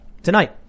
Tonight